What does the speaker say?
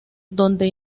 donde